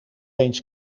eens